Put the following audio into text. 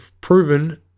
proven